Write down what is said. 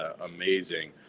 amazing